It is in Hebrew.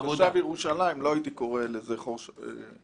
עבודה בירושלים לא הייתי קורא לזה חור שחור.